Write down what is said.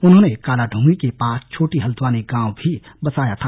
उन्होंने कालादूंगी के पास छोटी हल्द्वानी गांव भी बसाया था